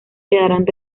quedarán